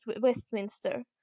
westminster